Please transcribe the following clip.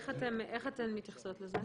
איך אתן מתייחסות לזה?